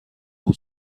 اون